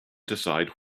decide